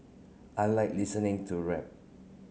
I like listening to rap